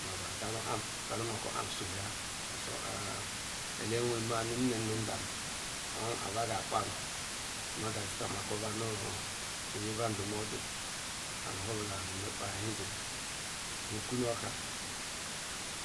ma bargara am garamaaako am sohie, elewem nmm nu ndem ha agakpam madazimokoboa nyira ndumodu nhabula nmkpaehe nu okwu noo ooka